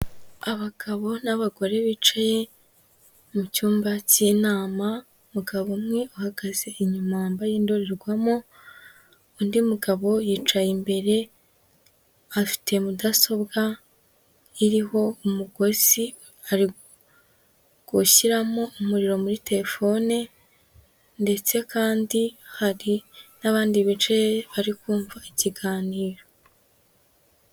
Abagabo n'abagore bicaye mu cyumba cy'inama umugabo umwe uhagaze inyuma wambaye indorerwamo. Undi mugabo yicaye imbere afite mudasobwa iriho umugozi ari gushyiramo umuriro muri telefone ndetse kandi hari n'abandi bicaye bari kumva ikiganiro.